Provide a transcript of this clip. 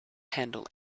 handle